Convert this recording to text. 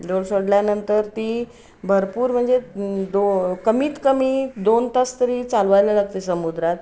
डोल सोडल्यानंतर ती भरपूर म्हणजे दो कमीत कमी दोन तास तरी चालवायला लागते समुद्रात